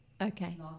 Okay